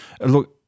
look